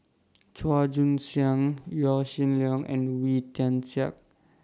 Chua Joon Siang Yaw Shin Leong and Wee Tian Siak